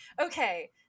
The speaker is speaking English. Okay